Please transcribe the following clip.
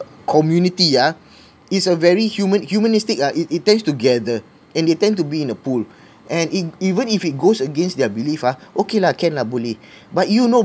community ah it's a very human humanistic ah it it tends to gather and they tend to be in a pool and e~ even if it goes against their belief ah okay lah can lah boleh but you know